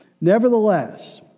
Nevertheless